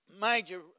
major